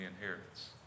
inheritance